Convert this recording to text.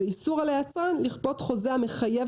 ואיסור על היצרן לכפות חוזה המחייב